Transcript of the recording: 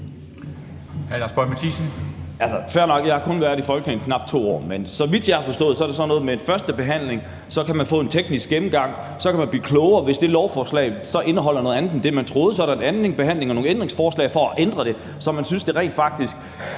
(NB): Fair nok, jeg har kun været i Folketinget i knap 2 år, men så vidt jeg har forstået, er det sådan noget med, at ved en første behandling kan man få en teknisk gennemgang, så kan man blive klogere. Hvis det lovforslag så indeholder noget andet, end man troede, er der en anden behandling og mulighed for at stille ændringsforslag for at ændre det, så man synes, det rent faktisk